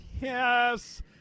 yes